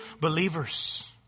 believers